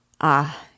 Ah